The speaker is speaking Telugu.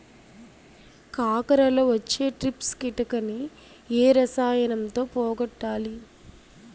కాకరలో వచ్చే ట్రిప్స్ కిటకని ఏ రసాయనంతో పోగొట్టాలి?